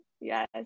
Yes